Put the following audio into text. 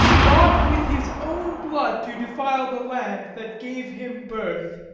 not with his own blood to defile the land that gave him birth.